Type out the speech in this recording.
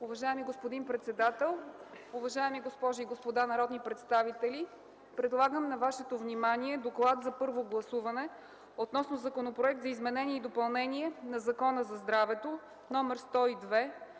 Уважаеми господин председател, уважаеми госпожи и господа народни представители! Предлагам на Вашето внимание „ДОКЛАД за първо гласуване относно Законопроект за изменение и допълнение на Закона за здравето, №